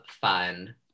fun